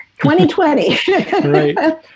2020